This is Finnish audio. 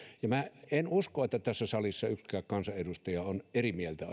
ja en usko että tässä salissa yksikään kansanedustaja on eri mieltä